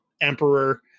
Emperor